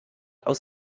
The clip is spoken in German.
aus